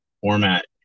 format